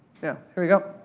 yeah, here we go.